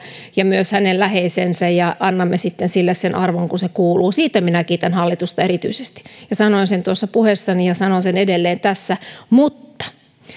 ja myös hänen läheisensä ja annamme sitten sille sen arvon joka sille kuuluu siitä minä kiitän hallitusta erityisesti ja sanoin sen tuossa puheessani ja sanon sen edelleen tässä mutta aina